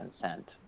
consent